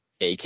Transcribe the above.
AK